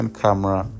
camera